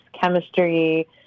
chemistry